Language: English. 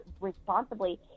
responsibly